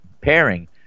pairing